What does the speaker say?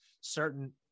certain